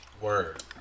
Word